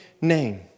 name